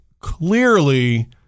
clearly